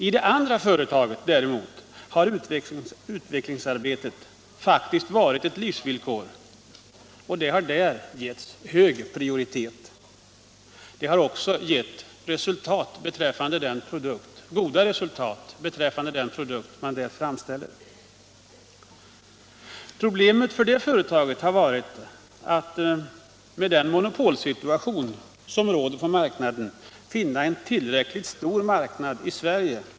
I det andra företaget däremot har utvecklingsarbetet faktiskt varit ett livsvillkor, och det har där fått hög prioritet. Detta har också gett goda resultat beträffande den produkt som man där framställer. Problemet för det företaget har varit att, med den monopolsituation som råder i branschen, finna en tillräckligt stor marknad i Sverige.